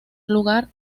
lugar